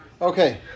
Okay